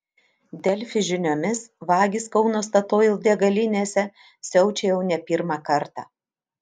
delfi žiniomis vagys kauno statoil degalinėse siaučia jau ne pirmą kartą